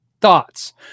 thoughts